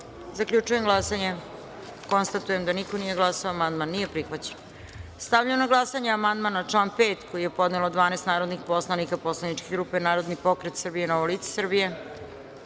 izjasnite. Zaključujem glasanje i konstatujem da niko nije glasao. Amandman nije prihvaćen. Stavljam na glasanje amandman na član 5. koji je podnelo 12 narodnih poslanika poslaničke grupe Narodni pokret Srbije – Novo lice